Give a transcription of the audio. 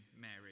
Mary